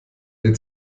der